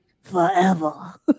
forever